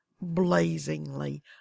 blazingly